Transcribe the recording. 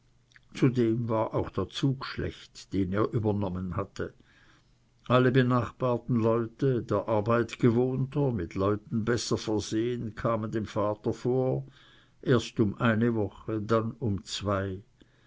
zudem war auch der zug schlecht den er übernommen hatte alle benachbarten leute der arbeit gewohnter mit leuten besser versehen kamen dem vater vor erst um eine woche dann um zwei